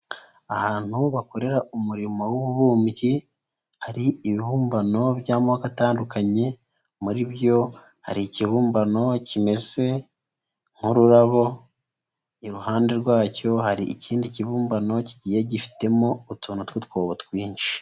Ahantu bakorera umurimo w'ububumbyi hari ibibumbano by'amoko atandukanye, muri byo hari ikibumbano kimeze nk'ururabo, iruhande rwacyo hari ikindi kibumbano kigiye gifitemo utuntu tw'utwobo twinshi.